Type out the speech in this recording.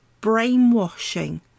brainwashing